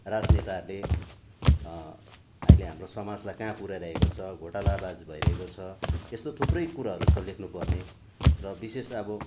राजनेताहरूले अहिले हाम्रो समाजलाई कहाँ पुऱ्याइरहेको छ घोटालाबाज भइरहेको छ यस्तो थुप्रै कुराहरू छ लेख्नु पर्ने र विशेष अब